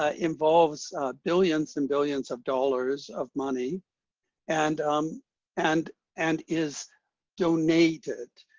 ah involves billions and billions of dollars of money and um and and is donated.